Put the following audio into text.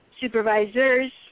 supervisors